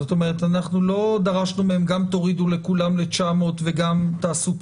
זאת אומרת אנחנו לא דרשנו מהם שגם יורידו לכולם ל-900 וגם תעשו פטור,